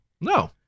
No